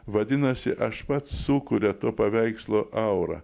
vadinasi aš pats sukuria to paveikslo aurą